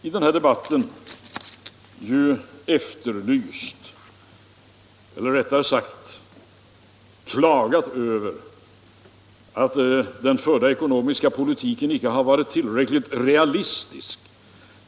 I denna debatt har det klagats över att den förda ekonomiska politiken inte har varit tillräckligt realistisk.